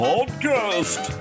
Podcast